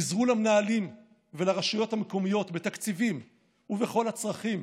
עזרו למנהלים ולרשויות המקומיות בתקציבים ובכל הצרכים.